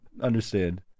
understand